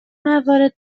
موارد